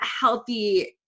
healthy